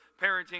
parenting